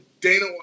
Dana